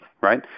right